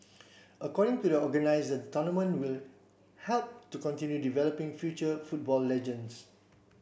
according to the organisers the tournament will help to continue developing future football legends